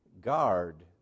Guard